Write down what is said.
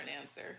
answer